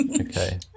okay